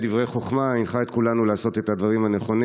בדברי חוכמה הנחה את כולנו לעשות את הדברים הנכונים.